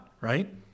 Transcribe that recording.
right